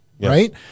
right